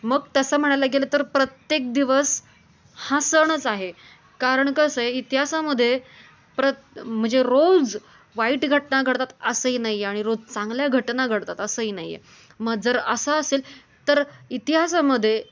मग तसं म्हणायला गेलं तर प्रत्येक दिवस हा सणच आहे कारण कसं आहे इतिहासामध्ये प्रत म्हणजे रोज वाईट घटना घडतात असंही नाही आहे आणि रोज चांगल्या घटना घडतात असंही नाही आहे मग जर असं असेल तर इतिहासामध्ये